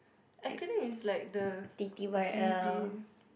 acronym is like the G_B